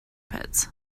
pits